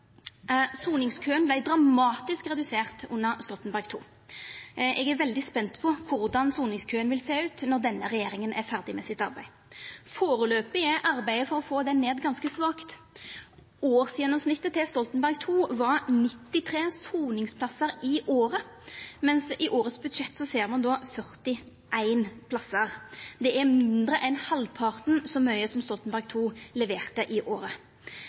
dramatisk redusert under Stoltenberg II. Eg er veldig spent på korleis soningskøen vil sjå ut når denne regjeringa er ferdig med sitt arbeid. Førebels er arbeidet for å få ned køen ganske svakt. Årsgjennomsnittet til Stoltenberg II var 93 soningsplassar i året, medan i budsjettet for i år er det 41 plassar. Det er mindre enn halvparten så mykje som Stoltenberg II leverte i året.